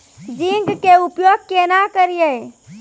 Zinc के उपयोग केना करये?